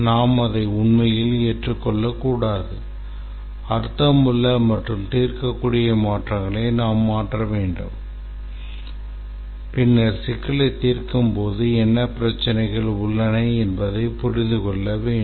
நாம் அதை உண்மையில் ஏற்றுக்கொள்ளக்கூடாது அர்த்தமுள்ள மற்றும் தீர்க்கக்கூடிய மாற்றங்களை நாம் மாற்ற வேண்டும் பின்னர் சிக்கலைத் தீர்க்கும்போது என்ன பிரச்சினைகள் உள்ளன என்பதைப் புரிந்து கொள்ள வேண்டும்